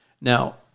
Now